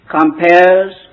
compares